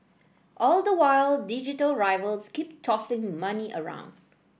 all the while digital rivals keep tossing money around